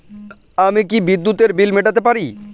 আমি কি বিদ্যুতের বিল মেটাতে পারি?